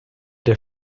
der